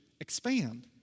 expand